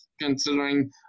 considering